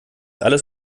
alles